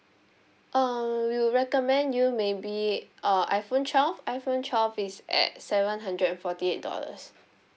err will recommend you maybe uh iPhone twelve iPhone twelve is at seven hundred and forty eight dollars